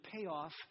payoff